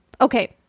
Okay